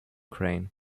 crane